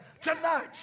tonight